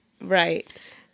Right